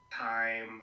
time